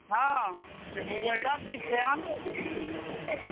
हँ सब चीज छै आटो छै आटो